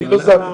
אני לא זז'.